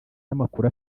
n’amakuru